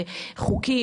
חוקי,